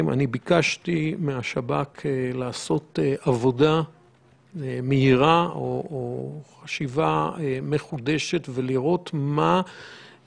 ביקשתי מהשב"כ לעשות חשיבה מחודשת לגבי